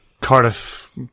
Cardiff